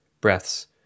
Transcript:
breaths